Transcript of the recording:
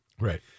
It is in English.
Right